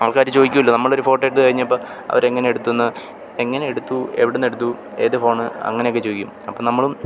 ആൾക്കാർ ചോദിക്കുമല്ലോ നമ്മളൊരു ഫോട്ടോ എടുത്തു കഴിഞ്ഞപ്പം അവർ എങ്ങനെ എടുത്തുവെന്ന് എങ്ങനെ എടുത്തു എവിടുന്നെടുത്തു ഏതു ഫോൺ അങ്ങനെയൊക്കെ ചോദിക്കും അപ്പം നമ്മളും